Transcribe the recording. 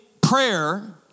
prayer